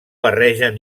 barregen